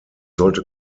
sollte